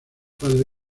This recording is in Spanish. padre